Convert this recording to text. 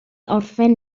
orffen